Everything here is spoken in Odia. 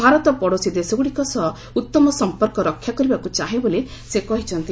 ଭାରତ ପଡ଼ୋଶୀ ଦେଶଗୁଡ଼ିକ ସହ ଉତ୍ତମ ସମ୍ପର୍କ ରକ୍ଷା କରିବାକୁ ଚାହେଁ ବୋଲି ସେ କହିଚ୍ଛନ୍ତି